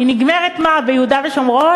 היא נגמרת, מה, ביהודה ושומרון?